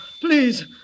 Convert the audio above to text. Please